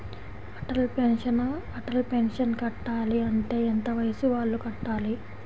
Atal pension కట్టాలి అంటే ఎంత వయసు వాళ్ళు కట్టాలి?